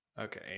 Okay